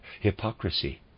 hypocrisy